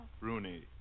Rooney